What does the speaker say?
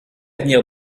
avenir